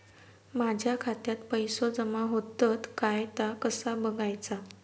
माझ्या खात्यात पैसो जमा होतत काय ता कसा बगायचा?